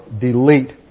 delete